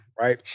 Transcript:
right